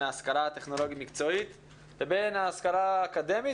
ההשכלה הטכנולוגית-מקצועית ובין ההשכלה האקדמית,